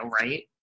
right